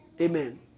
Amen